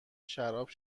شراب